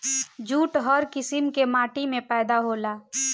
jute हर किसिम के माटी में पैदा होला